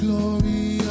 Glory